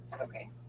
okay